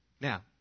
Now